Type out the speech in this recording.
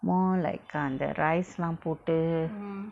more like ah அந்த:andtha rice lah போட்டு:pottu